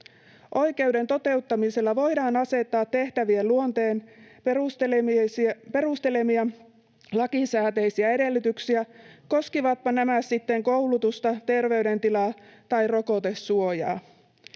Oikeuden toteutumiselle voidaan asettaa tehtävien luonteen perustelemia lakisääteisiä edellytyksiä, koskivatpa nämä sitten koulutusta, terveydentilaa tai rokotesuojaa,